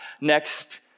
next